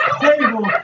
table